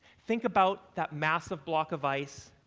think about that massive block of ice,